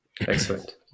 Excellent